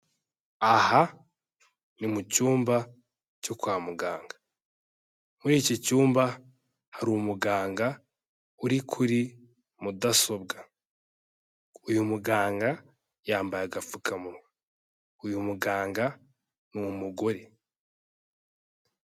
Aha ni mu cyumba cyo kwa muganga. Muri iki cyumba hari umuganga uri kuri mudasobwa. Uyu muganga yambaye agapfukamunwa. Uyu muganga ni umugore.